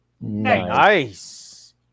Nice